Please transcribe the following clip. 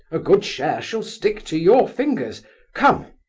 a good share shall stick to your fingers come!